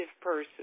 person